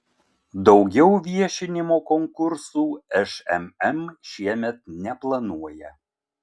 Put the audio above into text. daugiau viešinimo konkursų šmm šiemet neplanuoja